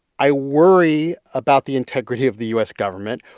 i worry about the integrity of the u s. government.